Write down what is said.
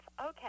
Okay